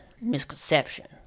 misconception